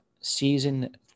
season